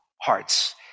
hearts